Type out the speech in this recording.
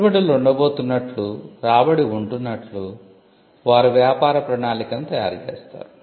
పెట్టుబడులు ఉండబోతున్నట్లు రాబడి ఉంటున్నట్లు వారు వ్యాపార ప్రణాళికను తయారు చేస్తారు